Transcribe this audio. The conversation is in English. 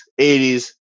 80s